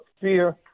fear